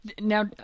Now